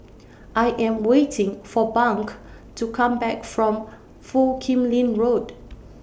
I Am waiting For Bunk to Come Back from Foo Kim Lin Road